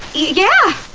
yeah,